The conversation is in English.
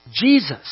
Jesus